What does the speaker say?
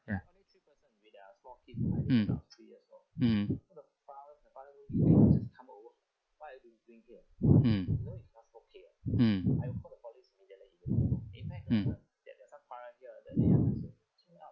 ya mm mmhmm mm mm mm